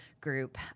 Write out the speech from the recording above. Group